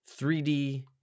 3D